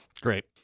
Great